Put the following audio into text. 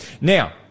Now